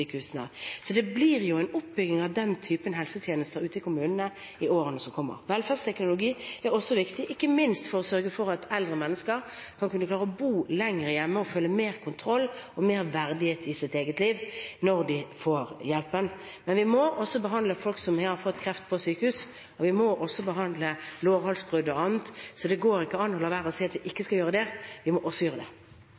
blir en oppbygging av den typen helsetjenester ute i kommunene i årene som kommer. Velferdsteknologi er også viktig, ikke minst for å sørge for at eldre mennesker skal kunne klare å bo lenger hjemme og føle mer kontroll og mer verdighet i sitt eget liv når de får hjelp. Men vi må behandle folk som har fått kreft, på sykehus, og vi må også behandle lårhalsbrudd og annet på sykehus. Så det går ikke an å la være å si at vi ikke